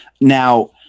Now